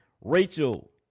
Rachel